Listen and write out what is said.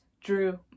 drew